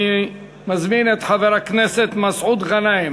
אני מזמין את חבר הכנסת מסעוד גנאים,